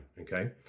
okay